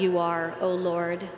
you are oh lord